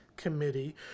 Committee